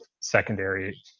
secondary